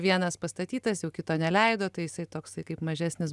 vienas pastatytas jau kito neleido tai jisai toksai kaip mažesnis